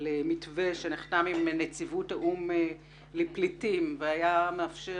על מתווה שנחתם עם נציבות האו"ם לפליטים והיה מאפשר